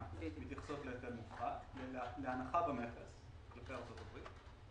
מתייחסות להיטל מופחת ולהנחה במכס כלפי ארצות-הברית.